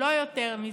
לא יותר מזה.